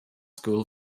school